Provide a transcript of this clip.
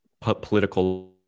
political